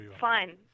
Fine